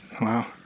wow